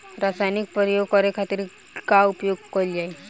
रसायनिक प्रयोग करे खातिर का उपयोग कईल जाइ?